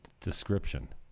description